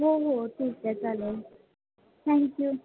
हो हो ठीक आहे चालेल थँक्यू